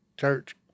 church